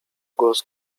głos